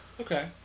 Okay